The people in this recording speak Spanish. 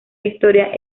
victoria